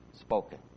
spoken